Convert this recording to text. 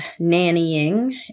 nannying